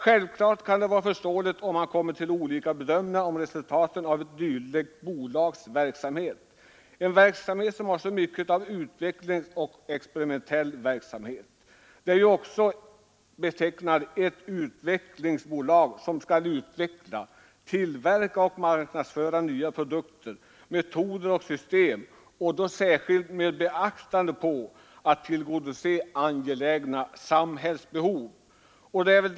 Självfallet kan det vara förståeligt att man kommer till olika bedömningar om resultaten av ett dylikt bolags verksamhet — en verksamhet som har så mycket av utvecklingskaraktär och experimentell karaktär. Det är ju också ett utvecklingsbolag, som just skall utveckla, tillverka och marknadsföra nya produkter, metoder och system, särskilt med beaktande av att angelägna samhällsbehov skall tillgodoses.